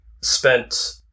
spent